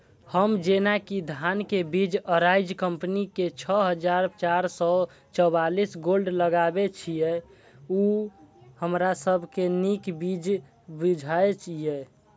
हम जेना कि धान के बीज अराइज कम्पनी के छः हजार चार सौ चव्वालीस गोल्ड लगाबे छीय उ हमरा सब के नीक बीज बुझाय इय?